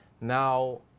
now